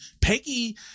Peggy